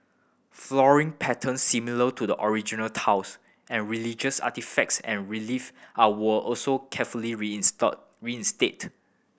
flooring patterns similar to the original tiles and religious artefacts and relief are were also carefully read in stock reinstate